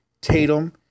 Tatum